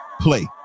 play